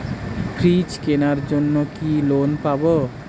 Fridge কেনার জন্য কি লোন পাব?